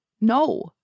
No